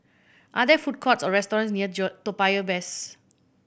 are there food courts or restaurants near Joe Toa Payoh West